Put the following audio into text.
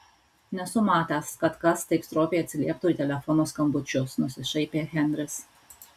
nesu matęs kad kas taip stropiai atsilieptų į telefono skambučius nusišaipė henris